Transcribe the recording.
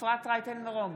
אפרת רייטן מרום,